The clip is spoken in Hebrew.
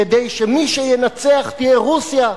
כדי שהמנצחת תהיה רוסיה,